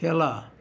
খেলা